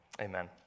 Amen